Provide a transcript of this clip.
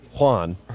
Juan